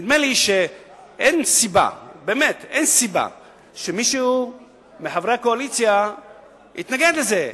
נדמה לי שאין סיבה שמישהו מחברי הקואליציה יתנגד לזה.